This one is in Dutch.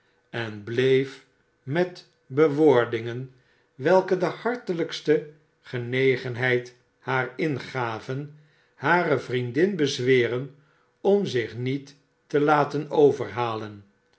en bleef met be woordsgen welke de hartelijkste genegenheid haar mgaven hare vriendin bezweren om zich niet te laten overhalen